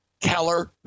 Keller